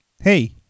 Hey